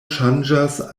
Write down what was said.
ŝanĝas